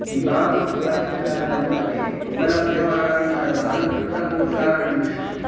दिबाङ्ग् उपत्यकाजनपदे उपलभ्यमानान् सर्वान् रक्तकोषान् अन्विष